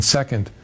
second